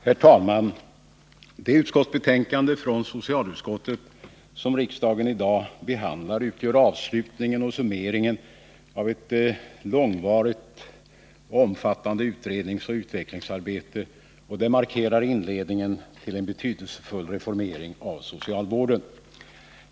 Herr talman! Det utskottsbetänkande från socialutskottet som riksdagen i dag behandlar utgör avslutningen och summeringen av ett långvarigt och omfattande utredningsoch utvecklingsarbete och markerar inledningen till en betydelsefull reformering av socialvården.